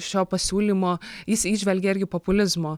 šio pasiūlymo jis įžvelgia irgi populizmo